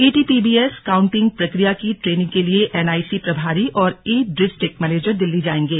ETPBS counting प्रक्रिया की training के लिए एनआईसी प्रभारी और ई डिस्ट्रिक्ट मैनेजर दिल्ली जाएंगे